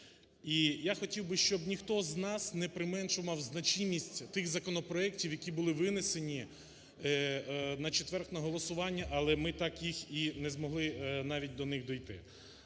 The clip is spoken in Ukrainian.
І я хотів би, щоб ніхто з нас не применшував значимість тих законопроектів, які були винесені на четвер, на голосування, але ми так її не і змогли навіть до них дійти.